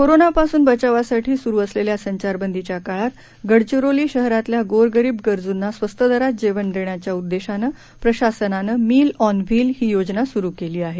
कोरोनापासून बचावासाठी सुरु असलेल्या संचारबंदीच्या काळात गडचिरोली शहरातल्या गोर गरीब गरजूंना स्वस्त दरात जेवण देण्याच्या उद्देशानं प्रशासनानं मील ऑन व्हील ही योजना सुरु केली आहे